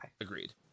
Agreed